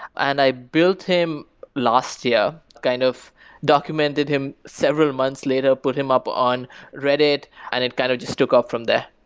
and i built him last year, kind of documented him several months later, put him up on reddit and it kind of just took off from there.